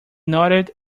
nodded